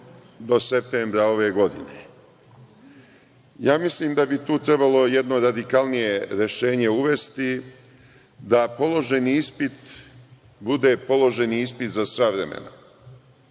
do septembra ove godine. Mislim da bi tu trebalo jedno radikalnije rešenje uvesti da položeni ispit bude položeni ispit za sva vremena